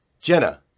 Jenna